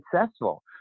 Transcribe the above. successful